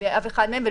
אף אחד מהם,